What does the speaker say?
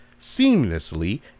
seamlessly